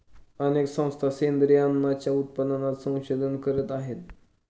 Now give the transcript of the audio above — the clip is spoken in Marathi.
अनेक संस्था सेंद्रिय अन्नाच्या उत्पादनात संशोधन करत आहेत